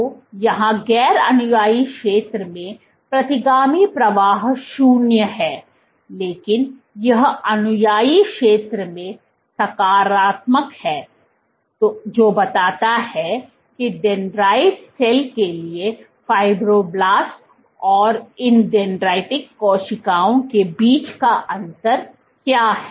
तो यहाँ गैर अनुयायी क्षेत्र में प्रतिगामी प्रवाह शून्य है लेकिन यह अनुयायी क्षेत्र में सकारात्मक है जो बताता है कि डेंड्राइटिक सेल के लिए फ़ाइब्रोब्लास्ट और इन डेंड्राइटिक कोशिकाओं के बीच का अंतर क्या है